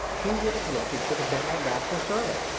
who would have look'd it should have been that rascal, surly?